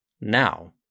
Now